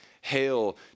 hail